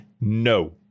no